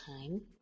time